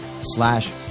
slash